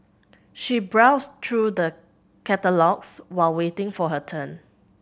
she browsed through the catalogues while waiting for her turn